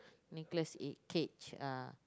Nicholas eh Cage uh